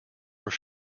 were